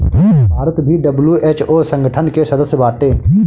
भारत भी डब्ल्यू.एच.ओ संगठन के सदस्य बाटे